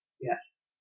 Yes